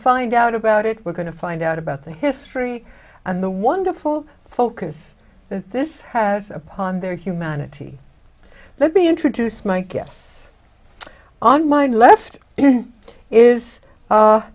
find out about it we're going to find out about the history and the wonderful focus that this has upon their humanity let me introduce my guests on mind left